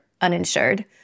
uninsured